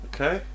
Okay